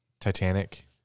titanic